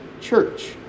church